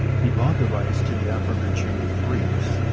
he bought the rights to the aforementioned freaks,